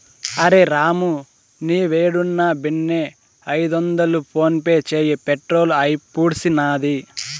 అరె రామూ, నీవేడున్నా బిన్నే ఐదొందలు ఫోన్పే చేయి, పెట్రోలు అయిపూడ్సినాది